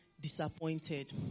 disappointed